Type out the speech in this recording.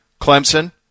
Clemson